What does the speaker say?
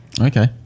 Okay